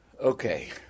Okay